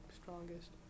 strongest